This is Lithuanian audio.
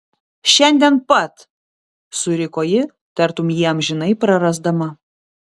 šiandien pat suriko ji tartum jį amžinai prarasdama